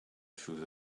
through